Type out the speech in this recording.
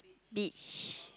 beach